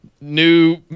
New